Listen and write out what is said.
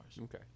Okay